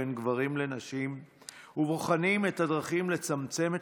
בין גברים לנשים ובוחנים את הדרכים לצמצם את